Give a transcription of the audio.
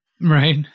Right